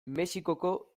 mexikoko